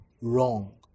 wrong